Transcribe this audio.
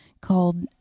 called